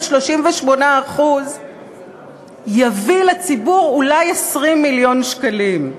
38% יביא לציבור אולי 20 מיליון שקלים.